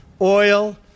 oil